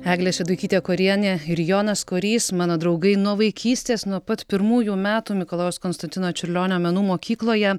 eglė šeduikytė korienė ir jonas korys mano draugai nuo vaikystės nuo pat pirmųjų metų mikalojaus konstantino čiurlionio menų mokykloje